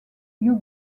hugh